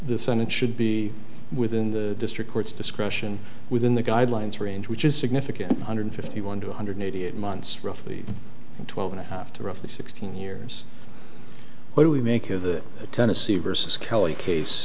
the senate should be within the district court's discretion within the guidelines range which is significant one hundred fifty one to one hundred eighty eight months roughly twelve and a half to roughly sixteen years what do we make of the tennessee versus kelly case